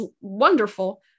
wonderful